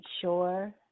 sure